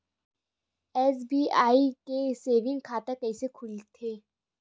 SBI के saving खाता कइसे खोलथे?